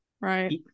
Right